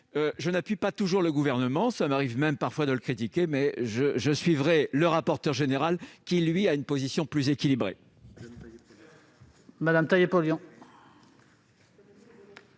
Je n'appuie pas toujours le Gouvernement- il m'arrive même parfois de le critiquer -, mais je suivrai M. le rapporteur général, qui a une position équilibrée.